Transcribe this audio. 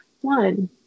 one